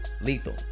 lethal